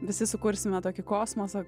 visi sukursime tokį kosmosą